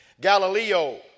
Galileo